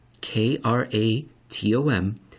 K-R-A-T-O-M